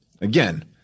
Again